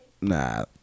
nah